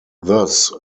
thus